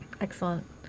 Excellent